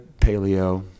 paleo